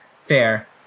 Fair